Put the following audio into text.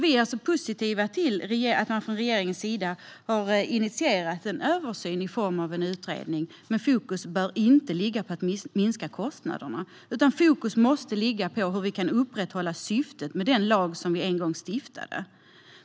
Vi är alltså positiva till att man från regeringens sida har initierat en översyn i form av en utredning. Men fokus bör inte ligga på att minska kostnaderna, utan fokus måste ligga på hur vi kan upprätthålla syftet med den lag som vi en gång stiftade.